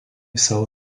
savo